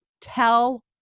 tell